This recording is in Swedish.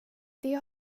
det